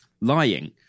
lying